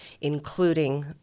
including